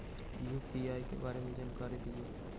UPI के बारे में जानकारी दियौ?